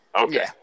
Okay